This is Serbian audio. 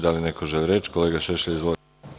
Da li neko želi reč? (Da.) Kolega Šešelj, izvolite.